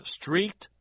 streaked